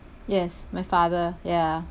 yes my father ya